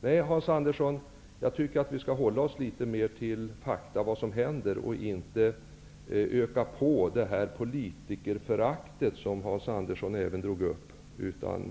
Nej, Hans Andersson, jag tycker att vi skall hålla oss litet mer till fakta om vad som händer och inte öka på det politikerförakt som Hans Andersson också tog upp. Vi skall